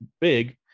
big